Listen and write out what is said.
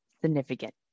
significant